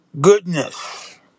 goodness